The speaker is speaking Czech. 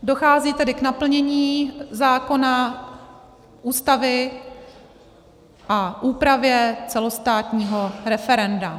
Dochází tedy k naplnění zákona, Ústavy a úpravě celostátního referenda.